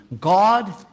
God